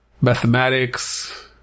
mathematics